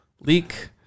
leak